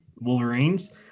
wolverines